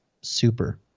super